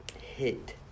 hit